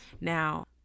Now